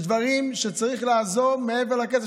יש דברים שצריך לעזור בהם מעבר לכסף,